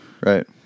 Right